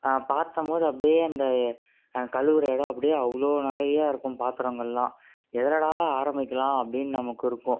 பார்த்தம்போது அப்படியே அந்த கழுவுற இடம் அப்படியே அவ்வளோ நிறையா இருக்கும் பாத்திரங்கள்லாம் எதிலடா ஆரம்பிக்கலாம் அப்படின்னு நமக்கு இருக்கும்